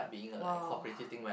!wow!